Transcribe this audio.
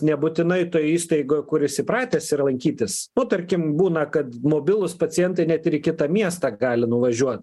nebūtinai toj įstaigoj kur jis įpratęs yra lankytis nu tarkim būna kad mobilūs pacientai net ir į kitą miestą gali nuvažiuot